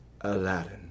Aladdin